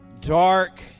dark